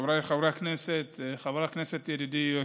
חבריי חברי הכנסת, חבר הכנסת, ידידי,